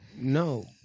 No